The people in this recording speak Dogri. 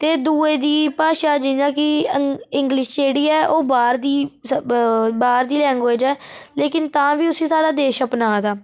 ते दूए दी भाशा जि'यां कि अं इंग्लिश जेह्ड़ी ऐ ओ बाह्र दी ब बाह्र दी लैंगुएज ऐ लेकन तां बी उस्सी साढ़ा देश अपनाऽ दा